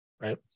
right